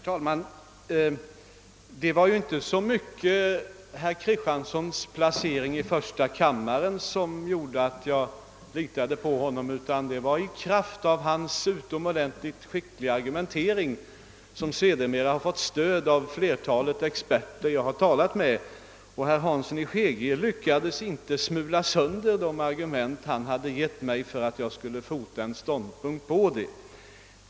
Herr talman! Det var inte så mycket herr Kristianssons placering i första kammaren som gjorde att jag litade på honom, utan det var i kraft av hans utomordentligt skickliga argumentering, som sedermera har fått stöd av flertalet experter som jag har talat med. Herr Hansson i Skegrie lyckades inte smula sönder herr Kristianssons argument.